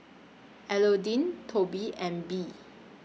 Elodie Tobe and Bea